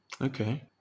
Okay